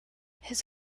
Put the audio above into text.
his